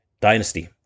Dynasty